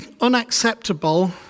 unacceptable